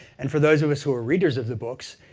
and for those of us who are readers of the books,